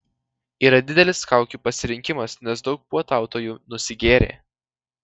yra didelis kaukių pasirinkimas nes daug puotautojų nusigėrė